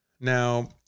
Now